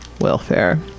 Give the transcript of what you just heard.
welfare